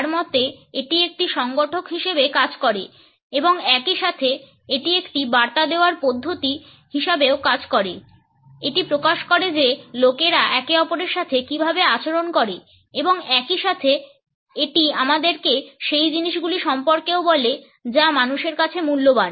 তার মতে এটি একটি সংগঠক হিসাবে কাজ করে এবং একই সাথে এটি একটি বার্তা দেওয়ার পদ্ধতি হিসাবেও কাজ করে এটি প্রকাশ করে যে লোকেরা একে অপরের সাথে কীভাবে আচরণ করে এবং একই সাথে এটি আমাদেরকে সেই জিনিসগুলি সম্পর্কেও বলে যা মানুষের কাছে মূল্যবান